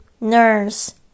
Nurse